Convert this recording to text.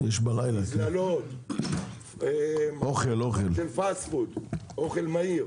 מזללות של אוכל מהיר